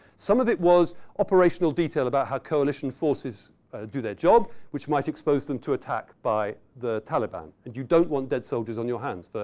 some of it was operational detail about how coalition forces do their job, which might expose them to attack by the taliban. and you don't want dead soldiers on your hands. but